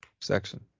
section